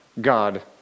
God